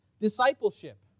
Discipleship